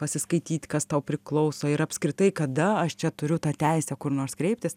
pasiskaityt kas tau priklauso ir apskritai kada aš čia turiu tą teisę kur nors kreiptis